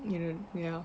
you don't ya